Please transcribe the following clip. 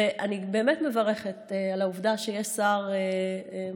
ואני באמת מברכת על העובדה שיש שר ביצועי,